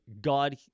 God